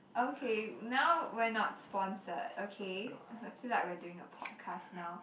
okay now we're not sponsored okay I feel like we're doing a podcast now